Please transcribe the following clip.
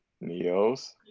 Neo's